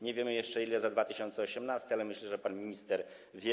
Nie wiemy jeszcze, ile w 2018 r., ale myślę, że pan minister wie.